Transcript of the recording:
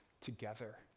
together